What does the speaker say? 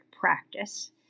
practice